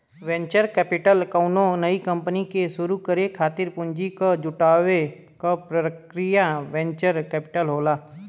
venture capital कउनो नई company के शुरू करे खातिर पूंजी क जुटावे क प्रक्रिया वेंचर कैपिटल होला